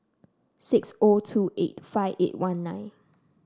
six O two eight five eight one nine